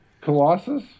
Colossus